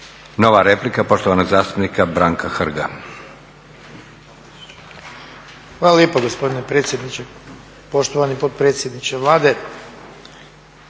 Nova replika, poštovanog zastupnika Branka Hrga. **Hrg, Branko (HSS)** Hvala lijepo gospodine predsjedniče. Poštovani potpredsjedniče Vlade,